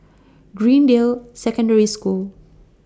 Greendale Secondary School